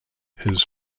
his